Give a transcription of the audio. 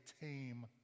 tame